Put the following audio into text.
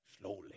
Slowly